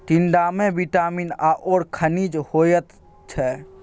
टिंडामे विटामिन आओर खनिज होइत छै